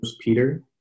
Peter